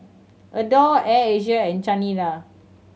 Adore Air Asia and Chanira